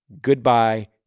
Goodbye